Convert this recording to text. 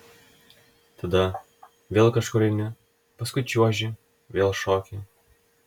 tada vėl kažkur eini paskui čiuoži vėl šoki